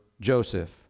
Joseph